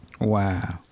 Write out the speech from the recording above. Wow